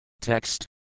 Text